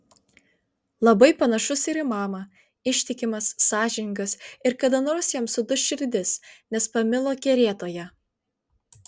labai panašus ir į mamą ištikimas sąžiningas ir kada nors jam suduš širdis nes pamilo kerėtoją